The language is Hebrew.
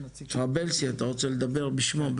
טרבלסי, אתה רוצה לדבר בשמו?